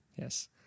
Yes